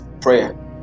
Prayer